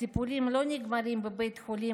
הטיפולים לא נגמרים בבית החולים